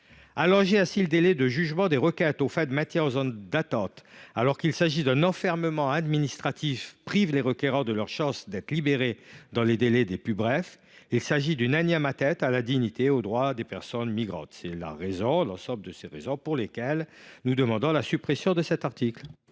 Allonger ainsi le délai du jugement des requêtes aux fins de maintien en zone d’attente, alors qu’il s’agit d’un enfermement administratif, prive les requérants de leur chance d’être libérés dans les délais les plus brefs. Il s’agit d’une énième atteinte à la dignité et aux droits des personnes migrantes. Pour l’ensemble de ces raisons, nous demandons la suppression de cet article.